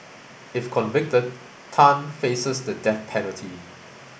if convicted Tan faces the death penalty